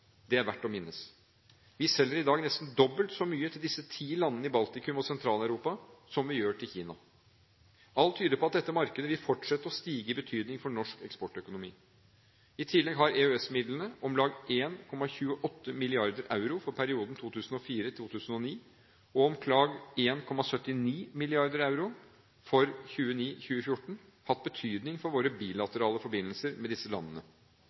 Det er verdt å merke seg. Vi selger i dag nesten dobbelt så mye til disse ti landene i Baltikum og Sentral-Europa som vi gjør til Kina. Alt tyder på at dette markedet vil fortsette å stige i betydning for norsk eksportøkonomi. I tillegg har EØS-midlene, om lag 1,28 mrd. euro for perioden 2004–2009 og om lag 1,79 mrd. euro for perioden 2009–2014, hatt betydning for våre bilaterale forbindelser med disse landene.